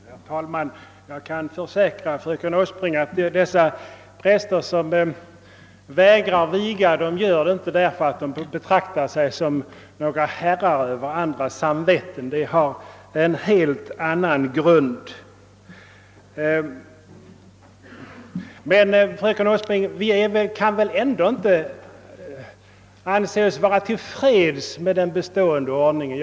Herr talman! Jag kan försäkra fröken Åsbrink att de präster som vägrar att viga gör det inte av den anledningen att de betraktar sig som herrar över andras samveten. Deras ställningstagande har en helt annan grund. Men, fröken Åsbrink, vi kan väl ändå inte anse oss vara till freds med den bestående ordningen.